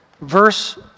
verse